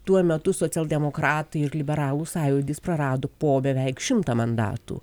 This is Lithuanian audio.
tuo metu socialdemokratai ir liberalų sąjūdis prarado po beveik šimtą mandatų